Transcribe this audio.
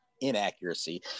inaccuracy